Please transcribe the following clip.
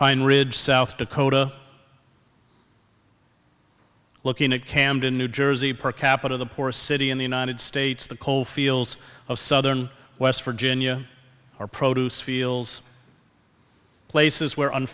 pine ridge south dakota looking at camden new jersey per capita the poorest city in the united states the coal fields of southern west virginia are produce fields places where